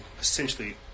essentially